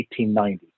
1890